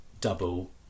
double